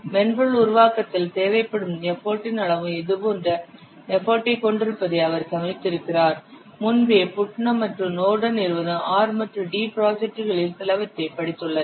மென்பொருள் உருவாக்கத்தில் தேவைப்படும் எஃபர்டின் அளவும் இதேபோன்ற எஃபர்ட் ஐ கொண்டிருப்பதை அவர் கவனித்திருக்கிறார் முன்பே புட்னம் மற்றும் நோர்டன் இருவரும் R மற்றும் D ப்ராஜெட்டுகளில் சிலவற்றைப் படித்துள்ளனர்